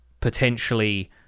potentially